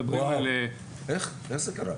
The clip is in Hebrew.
וואו, איך זה קרה?